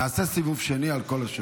נעשה סיבוב שני על כל השמות.